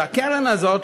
של הקרן הזאת,